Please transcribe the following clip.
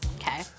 Okay